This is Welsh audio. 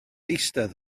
eistedd